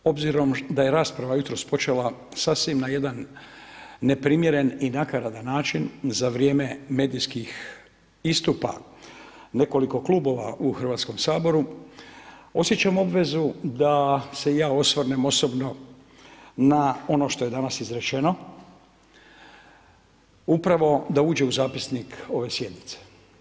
Obzirom da je rasprava jutros počela sasvim na jedan neprimjeren i nakaradan način za vrijeme medijskih istupa nekoliko klubova u Hrvatskom saboru osjećam obvezu da se i ja osvrnem osobno na ono što je danas izrečeno upravo da uđe u zapisnik ove sjednice.